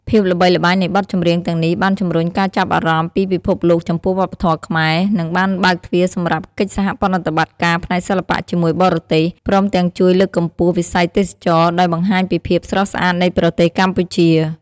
ភាពល្បីល្បាញនៃបទចម្រៀងទាំងនេះបានជំរុញការចាប់អារម្មណ៍ពីពិភពលោកចំពោះវប្បធម៌ខ្មែរ និងបានបើកទ្វារសម្រាប់កិច្ចសហប្រតិបត្តិការផ្នែកសិល្បៈជាមួយបរទេស ព្រមទាំងជួយលើកកម្ពស់វិស័យទេសចរណ៍ដោយបង្ហាញពីភាពស្រស់ស្អាតនៃប្រទេសកម្ពុជា។